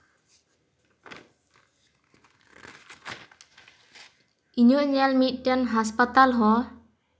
ᱤᱧᱟᱹᱜ ᱧᱮᱞ ᱢᱤᱫᱴᱮᱱ ᱦᱟᱸᱥᱯᱟᱛᱟᱞ ᱦᱚᱸ